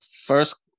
first